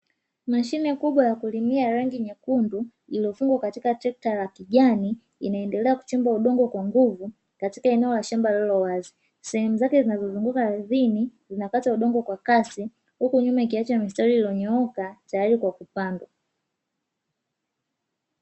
Mashine kubwa ya kulimia ya rangi nyekundu iliyofungwa katika trekta la kijani, inaendelea kuchimba udongo kwa nguvu katika eneo la shamba lililo wazi, sehemu zake zinazozunguka ardhini zinakata udongo kwa kasi huku nyuma ikiacha mistari iliyonyooka, tayari kwa kupandwa.